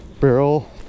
barrel